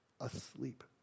asleep